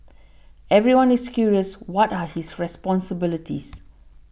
everyone is curious what are his responsibilities